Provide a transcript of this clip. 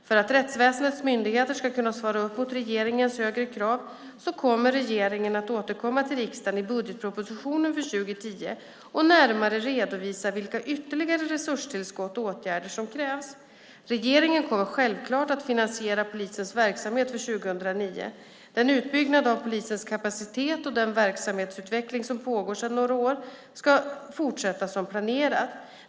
För att rättsväsendets myndigheter ska kunna svara upp mot regeringens högre krav kommer regeringen att återkomma till riksdagen i budgetpropositionen för 2010 och närmare redovisa vilka ytterligare resurstillskott och åtgärder som krävs. Regeringen kommer självklart att finansiera polisens verksamhet för 2009. Den utbyggnad av polisens kapacitet och den verksamhetsutveckling som pågår sedan några år ska fortsätta som planerat.